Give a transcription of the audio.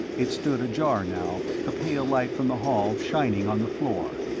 it stood ajar now, the pale light from the hall shining on the floor.